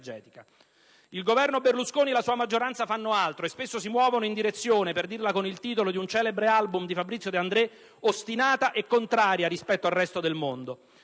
Il Governo Berlusconi e la sua maggioranza fanno altro, e spesso si muovono in direzione - per dirla con il titolo di un celebre album di Fabrizio De André - ostinata e contraria rispetto al resto del mondo.